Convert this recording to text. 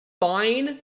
fine